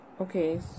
Okay